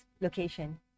location